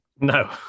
No